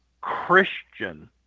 Christian